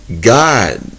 God